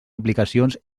aplicacions